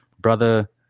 Brother